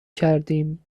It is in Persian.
کردیم